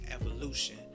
evolution